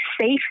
safe